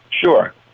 Sure